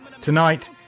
Tonight